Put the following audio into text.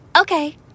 Okay